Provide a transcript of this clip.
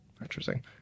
Interesting